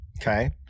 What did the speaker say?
Okay